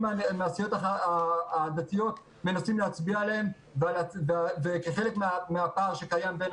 מהסיעות הדתיות מנסים להצביע עליהם כחלק מהפער שקיים בין